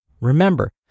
remember